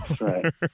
Right